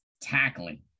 tackling